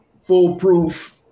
foolproof